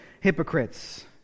hypocrites